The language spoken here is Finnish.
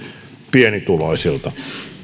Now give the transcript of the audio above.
pienituloisilta